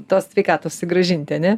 tos sveikatos sugrąžinti a ne